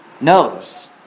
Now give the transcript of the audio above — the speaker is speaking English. knows